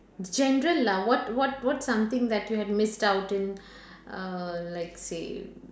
general lah what what what something that you have missed out in uh like say